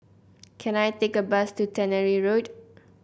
can I take a bus to Tannery Road